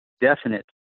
definite